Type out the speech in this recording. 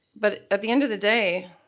but at the end of the day,